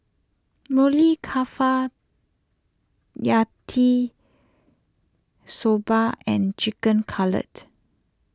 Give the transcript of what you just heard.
Maili Kofta Yati Soba and Chicken Cutlet